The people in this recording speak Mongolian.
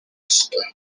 ёстой